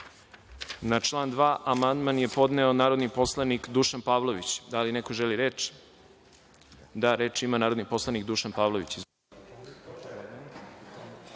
član 2. amandman je podneo narodni poslanik Dušan Pavlović. Da li neko želi reč? Reč ima narodni poslanik Dušan Pavlović.